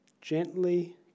gently